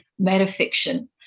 metafiction